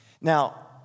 Now